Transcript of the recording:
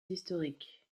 historiques